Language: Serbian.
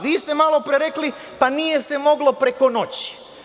Vi ste malopre rekli – pa nije se moglo preko noći.